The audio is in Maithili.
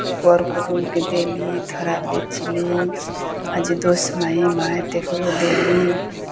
कर कुटुम्बके देली थोड़ा बेचली आ जे दोस महीम आयत तकरहु देली